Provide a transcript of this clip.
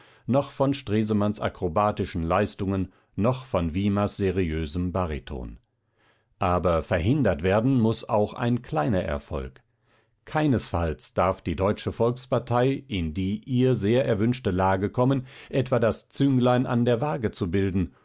noch von stresemanns akrobatischen leistungen noch von wiemers seriösem bariton aber verhindert werden muß auch ein kleiner erfolg keinesfalls darf die deutsche volkspartei in die ihr sehr erwünschte lage kommen etwa das zünglein an der wage zu bilden